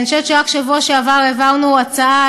אני חושבת שרק בשבוע שעבר העברנו הצעה,